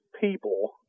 people